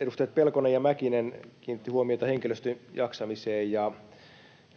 Edustajat Pelkonen ja Mäkinen kiinnittivät huomiota henkilöstön jaksamiseen ja